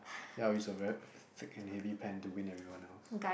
ya it's a very thick and heavy pen to win everyone else